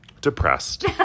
Depressed